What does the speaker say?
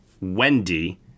Wendy